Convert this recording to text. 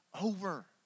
over